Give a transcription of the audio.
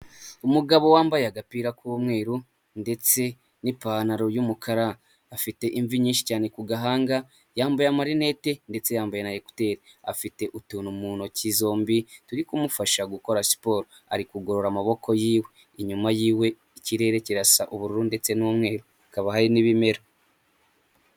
Umugabo wambaye agapira k'umweru, ndetse n'ipantaro y'umukara, afite imvi nyinshi cyane ku gahanga, yambaye amarinete, ndetse yambaye na ekuteri, afite utuntu mu ntoki zombi, turi kumufasha gukora siporo, ari kugorora amaboko yiwe, inyuma yiwe ikirere kirasa ubururu, ndetse n'umweru, hakaba hari n'ibimera.